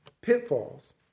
pitfalls